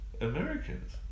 Americans